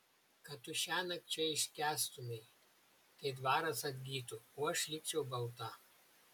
kad tu šiąnakt čia iškęstumei tai dvaras atgytų o aš likčiau balta